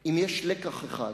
שאם יש לקח אחד